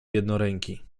jednoręki